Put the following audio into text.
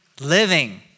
living